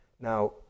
Now